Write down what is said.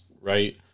right